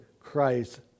Christ